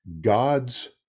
God's